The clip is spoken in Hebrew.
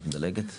נשאיר את הסעיף הזה